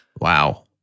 Wow